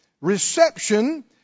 reception